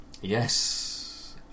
Yes